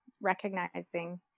recognizing